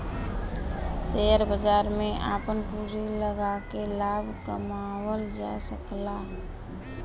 share बाजार में आपन पूँजी लगाके लाभ कमावल जा सकला